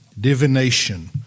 divination